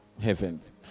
heavens